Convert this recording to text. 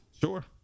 sure